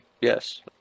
Yes